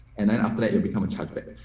and i not let you become a chuck berry.